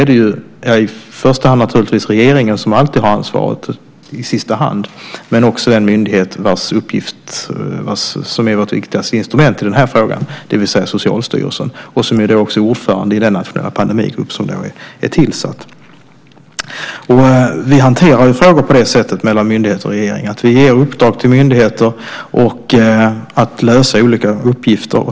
Det är i första hand naturligtvis regeringen som alltid har ansvaret i sista hand, men också den myndighet som är vårt viktigaste instrument i den här frågan, det vill säga Socialstyrelsen, som också har ordförandeskap i den nationella pandemigrupp som är tillsatt. Vi hanterar frågorna mellan myndigheter och regeringen på det sättet att vi ger uppdrag till myndigheter att lösa olika uppgifter.